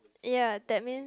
ya that mean